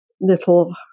little